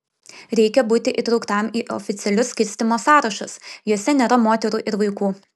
reikia būti įtrauktam į oficialius skirstymo sąrašus juose nėra moterų ir vaikų